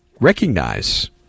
recognize